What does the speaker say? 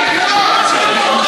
עכשיו.